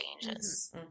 changes